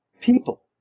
people